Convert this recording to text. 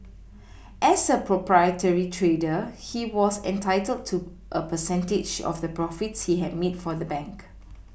as a proprietary trader he was entitled to a percentage of the profits he had made for the bank